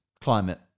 climate